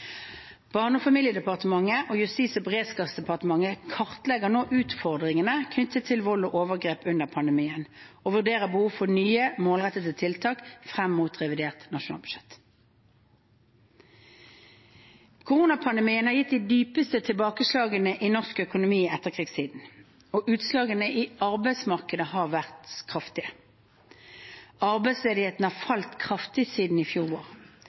Barne- og familiedepartementet og Justis- og beredskapsdepartementet kartlegger nå utfordringene knyttet til vold og overgrep under pandemien og vurderer behovet for nye målrettede tiltak frem mot revidert nasjonalbudsjett. Koronapandemien har gitt det dypeste tilbakeslaget i norsk økonomi i etterkrigstiden, og utslagene i arbeidsmarkedet har vært kraftige. Arbeidsledigheten har falt kraftig siden i fjor vår,